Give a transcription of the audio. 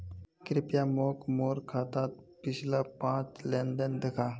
कृप्या मोक मोर खातात पिछला पाँच लेन देन दखा